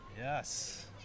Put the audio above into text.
Yes